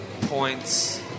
points